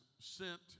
sent